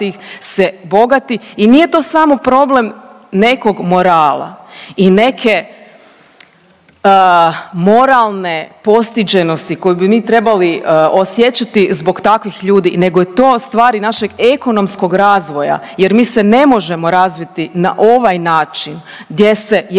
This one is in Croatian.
se bogati. I nije to samo problem nekog morala i neke moralne postiđenosti koju bi mi morali osjećati zbog takvih ljudi nego je to stvar i našeg ekonomskog razvoja jer mi se ne možemo razviti na ovaj način gdje se jednom